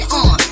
on